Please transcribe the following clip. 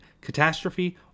catastrophe